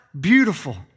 beautiful